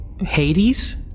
Hades